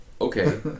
Okay